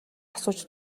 асууж